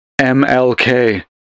MLK